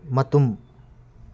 ꯃꯇꯨꯝ